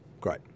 great